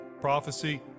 prophecy